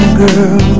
girl